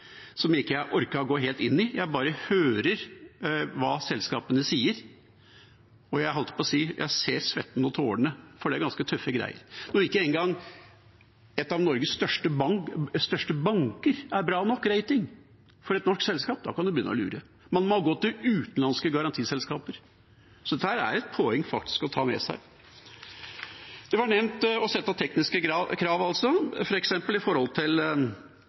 som jeg ikke har orket å gå helt inni. Jeg bare hører hva selskapene sier, og jeg nærmest ser svetten og tårene, for det er ganske tøffe greier. Når ikke engang en av Norges største banker er bra nok rating for et norsk selskap, da kan man begynne å lure. Man må gå til utenlandske garantiselskaper. Dette er det faktisk et poeng å ta med seg. Det ble også nevnt å sette tekniske krav, f.eks. til utstyr, vinterforhold, vanskelig terreng osv. Statsråden nevnte også det, at det er inne i